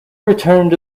returned